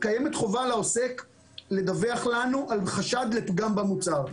קיימת חובה לעוסק לדווח לנו על חשד לפגם במוצר